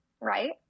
right